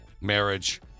marriage